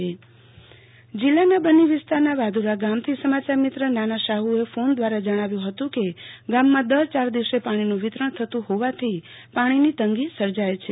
આરતી ભદ્દ પાણીની તંગી જિલ્લાના બન્ની વિસ્તારના વાધુ રા ગામથી સમાયાર મિત્ર નાના સાદુએ ફોન દ્રારા જણાવ્યુ હતુ કે ગામમાં દર યાર દિવસે પાણીનું લ્વિરણ થતુ હોવાથી પાણીની તંગી સર્જાય છે